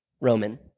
Roman